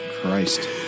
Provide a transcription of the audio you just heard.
Christ